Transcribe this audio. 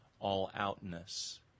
all-outness